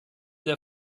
der